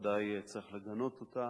שבוודאי צריך לגנות אותה,